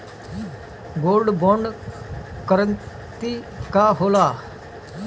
Gold bond करतिं का होला?